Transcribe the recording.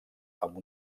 amb